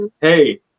hey